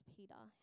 Peter